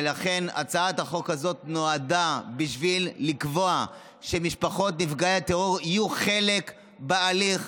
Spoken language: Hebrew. ולכן הצעת החוק הזאת נועדה לקבוע שמשפחות נפגעי הטרור יהיו חלק בהליך,